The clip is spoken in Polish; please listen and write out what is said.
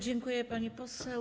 Dziękuję, pani poseł.